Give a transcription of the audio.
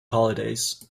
holidays